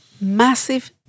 massive